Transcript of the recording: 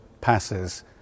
passes